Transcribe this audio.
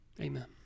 Amen